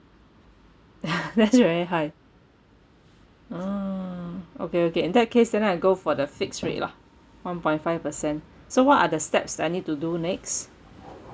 that's very high err okay okay in that case then I go for the fixed rate lah one point five percent so what are the steps I need to do next